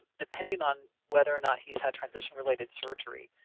depending on whether or not he's had transition-related surgery,